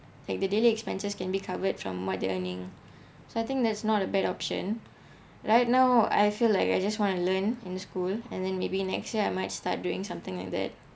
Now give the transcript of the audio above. like the daily expenses can be covered from what they're earning so I think that's not a bad option right now I feel like I just want to learn in school and then maybe next year I might start doing something like that